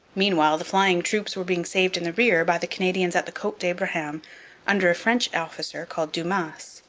meanwhile the flying troops were being saved in the rear by the canadians at the cote d'abraham under a french officer called dumas.